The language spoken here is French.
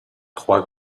trois